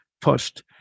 pushed